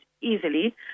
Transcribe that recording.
easily